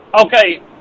Okay